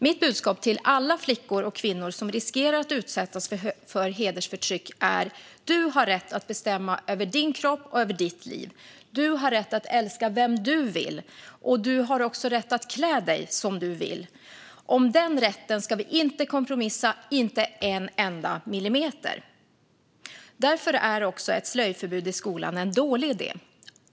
Mitt budskap till alla flickor och kvinnor som riskerar att utsättas för hedersförtryck är: Du har rätt att bestämma över din kropp och över ditt liv. Du har rätt att älska vem du vill. Du har också rätt att klä dig som du vill. Om den rätten ska vi inte kompromissa en enda millimeter. Därför är också ett slöjförbud i skolan en dålig idé.